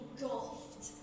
engulfed